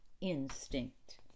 instinct